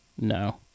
no